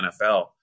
NFL